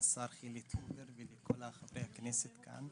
והשר חילי טרופר ולכל חברי הכנסת כאן.